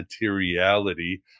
materiality